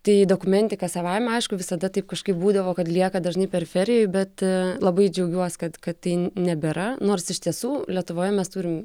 tai dokumentika savaime aišku visada taip kažkaip būdavo kad lieka dažnai periferijoj bet labai džiaugiuos kad kad tai nebėra nors iš tiesų lietuvoje mes turim